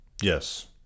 Yes